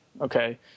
Okay